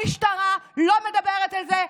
המשטרה לא מדברת על זה,